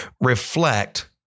reflect